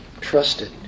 trusted